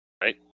right